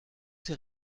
ces